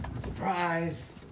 Surprise